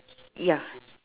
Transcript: ya